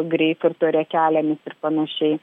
greipfurto riekelėmis ir panašiai